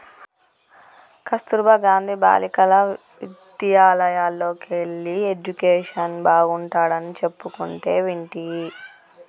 కస్తుర్బా గాంధీ బాలికా విద్యాలయల్లోకెల్లి ఎడ్యుకేషన్ బాగుంటాడని చెప్పుకుంటంటే వింటి